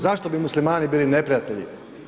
Zašto bi muslimani bili neprijatelji?